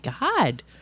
god